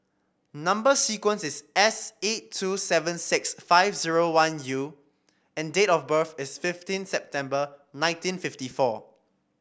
number sequence is S eight two seven six five zero one U and date of birth is fifteen September nineteen fifty four